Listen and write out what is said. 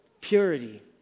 purity